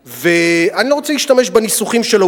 אני לא רוצה להשתמש בניסוחים שלו.